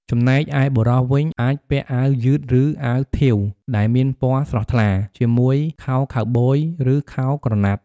ចំណែកឯបុរសវិញ អាចពាក់អាវយឺត ឬអាវធាវដែលមានពណ៌ស្រស់ថ្លា ជាមួយខោខូវប៊យ ឬខោក្រណាត់។